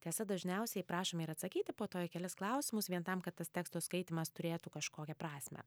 tiesa dažniausiai prašome ir atsakyti po to į kelis klausimus vien tam kad tas teksto skaitymas turėtų kažkokią prasmę